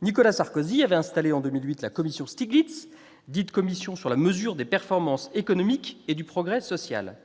Nicolas Sarkozy, en 2008, avait installé la commission Stiglitz, dite « commission sur la mesure de la performance économique et du progrès social ».